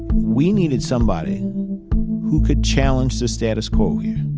we needed somebody who could challenge the status quo here,